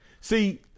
See